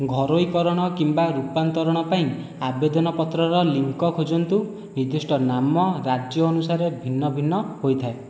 ଘରୋଇକରଣ କିମ୍ବା ରୂପାନ୍ତରଣ ପାଇଁ ଆବେଦନ ପତ୍ରର ଲିଙ୍କ ଖୋଜନ୍ତୁ ନିର୍ଦ୍ଦିଷ୍ଟ ନାମ ରାଜ୍ୟ ଅନୁସାରେ ଭିନ୍ନ ଭିନ୍ନ ହୋଇଥାଏ